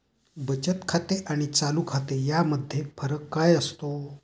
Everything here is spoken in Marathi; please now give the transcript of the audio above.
बचत खाते आणि चालू खाते यामध्ये फरक काय असतो?